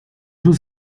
sus